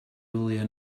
wyliau